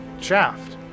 Shaft